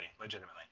legitimately